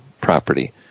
property